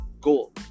goal